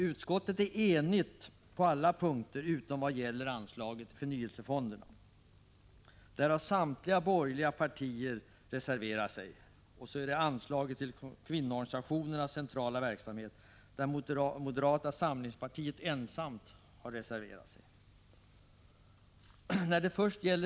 Utskottet är enigt på alla punkter utom vad gäller anslaget till förnyelsefonderna, där samtliga borgerliga partier har reserverat sig, och anslaget till kvinnoorganisationernas centralverksamhet, där moderata samlingspartiet ensamt har reserverat sig.